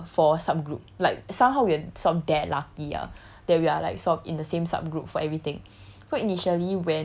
like together for sub group like somehow we are so that lucky ah that we are sort of in the same sub group for everything